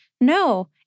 No